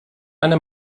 eine